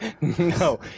No